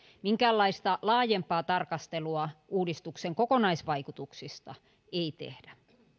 minkäänlaista laajempaa tarkastelua uudistuksen kokonaisvaikutuksista ei tehdä